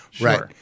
right